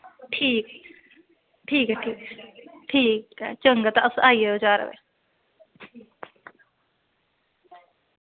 ठीक ठीक ऐ ठीक ठीक चंगा तां तुस आई जायो चार बजे